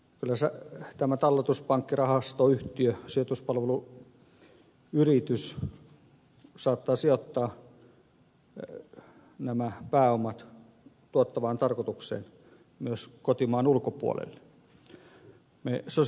kyllä tämä talletuspankki rahastoyhtiö sijoituspalveluyritys saattaa sijoittaa nämä pääomat tuottavaan tarkoitukseen myös kotimaan ulkopuolelle